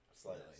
Slightly